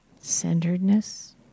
centeredness